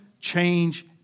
change